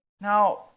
Now